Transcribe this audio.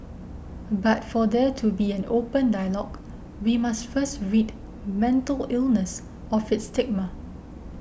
but for there to be an open dialogue we must first rid mental illness of its stigma